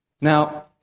Now